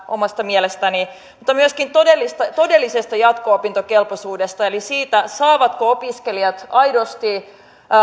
omasta mielestäni vaan myöskin todellisesta todellisesta jatko opintokelpoisuudesta eli siitä saavatko opiskelijat aidosti